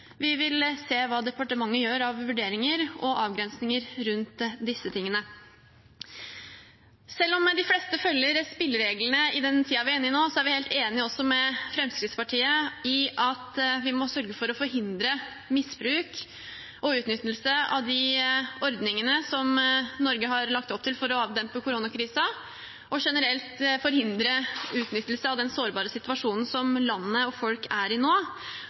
vi vil se hva departementet gjør av vurderinger og avgrensninger rundt disse tingene. Selv om de fleste følger spillereglene i den tiden vi er inne i nå, er vi helt enig med Fremskrittspartiet i at vi må sørge for å forhindre misbruk og utnyttelse av de ordningene som Norge har lagt opp til for å avdempe koronakrisen, og generelt forhindre utnyttelse av den sårbare situasjonen som landet og folk er i nå.